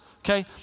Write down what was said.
okay